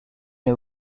une